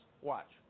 Watch